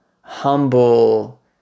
humble